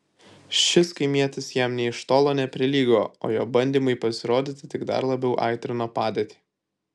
šis kaimietis jam nė iš tolo neprilygo o jo bandymai pasirodyti tik dar labiau aitrino padėtį